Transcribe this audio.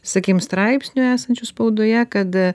sakykim straipsnių esančių spaudoje kad